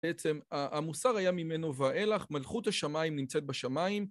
בעצם המוסר היה ממנו ואילך, מלכות השמיים נמצאת בשמיים.